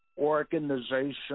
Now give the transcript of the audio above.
organization